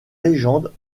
légendes